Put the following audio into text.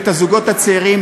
את הזוגות הצעירים,